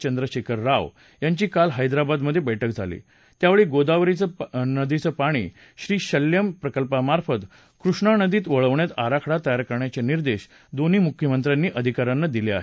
चंद्रशेखर राव याची काल हैदराबाद मधे बैठक झाली त्यावेळी गोदावरी नदीच पाणी श्रीशेल्यम प्रकल्पामार्फत कृष्णा नदीत वळवण्यासाठी आराखडा तयार करण्याचे निर्देश दोन्ही मुख्यमंत्र्यांनी अधिकाऱ्यांना दिले दिले